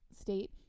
state